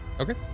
Okay